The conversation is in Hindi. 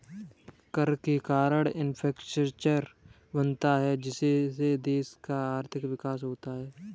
कर के कारण है इंफ्रास्ट्रक्चर बनता है जिससे देश का आर्थिक विकास होता है